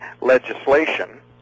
legislation